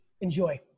Enjoy